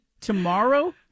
tomorrow